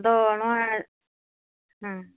ᱟᱫᱚ ᱱᱚᱶᱟ